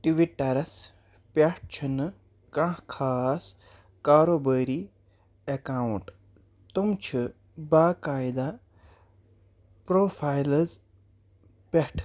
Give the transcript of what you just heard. ٹِوٹرَس پٮ۪ٹھ چھِنہٕ کانٛہہ خاص کاروبٲری اٮ۪کاونٛٹ تِم چھِ باقاعدہ پرٛوفایلٕز پٮ۪ٹھ